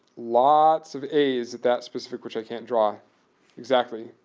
lots of a's at that specific, which i can't draw exactly.